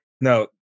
No